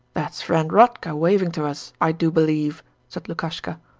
that's friend rodka waving to us, i do believe said lukashka,